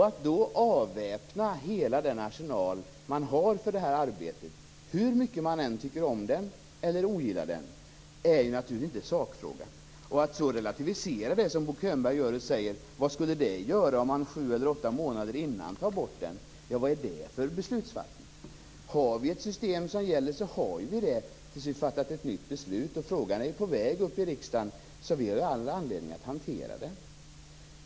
Att då avväpna hela den arsenal man har för detta arbete, hur mycket man än tycker om den eller ogillar den, är naturligtvis inte sakfrågan. Att så relativisera det, som Bo Könberg gör, och fråga vad det skulle göra om man tog bort den sju åtta månader tidigare - vad är det för sorts beslutsfattande? Om vi har ett system som gäller så har vi ju det tills vi har fattat ett nytt beslut. Frågan är på väg upp i riksdagen, så vi har all anledning att hantera den.